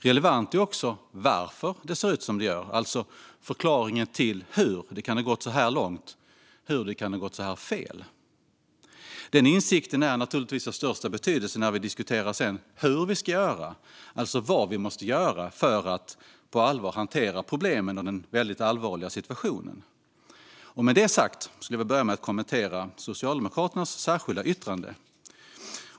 Relevant är också varför det ser ut som det gör, alltså förklaringen till hur det kan ha gått så här långt och hur det kan ha gått så här fel. Den insikten är naturligtvis av största betydelse när vi diskuterar hur vi ska göra, alltså vad vi måste göra för att på allvar hantera problemen och den väldigt allvarliga situationen. Med det sagt ska jag börja med att kommentera Socialdemokraternas särskilda yttrande.